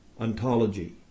ontology